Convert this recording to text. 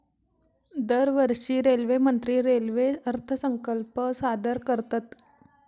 दरवर्षी रेल्वेमंत्री रेल्वे अर्थसंकल्प सादर करतत